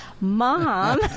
Mom